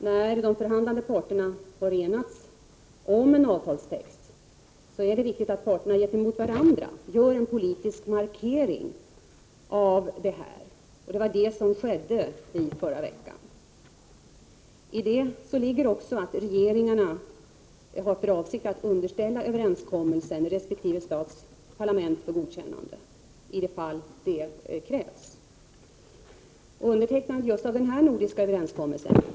När de förhandlande parterna har enats om en avtalstext är det viktigt att parterna gentemot varandra gör en politisk markering av detta. Det var det som skedde i förra veckan. I det ligger också att regeringarna har för avsikt att underställa överenskommelsen resp. stats parlament för godkännande i de fall det krävs. Undertecknandet av just den aktuella nordiska överenskommelsen inne = Prot.